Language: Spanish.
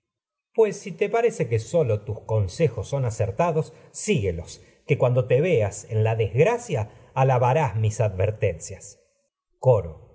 imposible si te crisótemis pues son parece que sólo tus consejos acertados sigúelos que cuando te veas en la des gracia alabarás mis advertencias coro